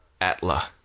Atla